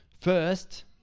First